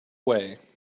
way